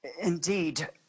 Indeed